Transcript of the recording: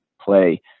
play